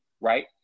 right